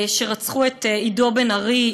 שרצחו את עידו בן ארי,